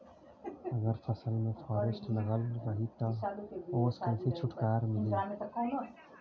अगर फसल में फारेस्ट लगल रही त ओस कइसे छूटकारा मिली?